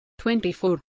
24